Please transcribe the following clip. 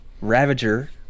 ravager